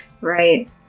Right